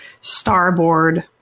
starboard